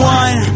one